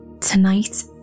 Tonight